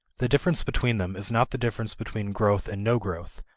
the difference between them is not the difference between growth and no growth,